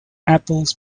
apples